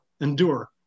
endure